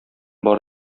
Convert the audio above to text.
бар